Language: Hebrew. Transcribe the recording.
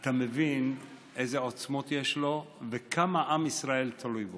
אתה מבין איזה עוצמות יש לו וכמה עם ישראל תלוי בו,